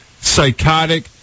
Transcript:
psychotic